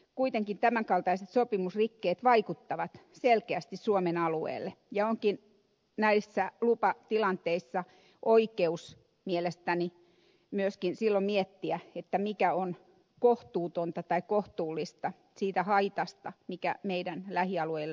kuitenkin tämän kaltaiset sopimusrikkeet vaikuttavat selkeästi suomen alueelle ja onkin näissä lupatilanteissa oikeus mielestäni myöskin silloin miettiä mikä on kohtuutonta tai kohtuullista siitä haitasta mikä meidän lähialueillamme kulkee